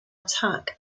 attack